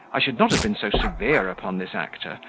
i should not have been so severe upon this actor,